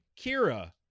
kira